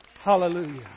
Hallelujah